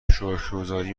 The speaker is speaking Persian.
شکرگزاری